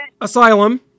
Asylum